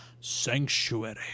sanctuary